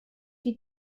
die